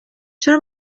چرا